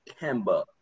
Kemba